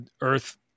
earth